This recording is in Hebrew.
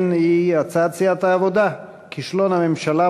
חוק-יסוד: מועד התפטרות נשיא המדינה,